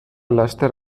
laster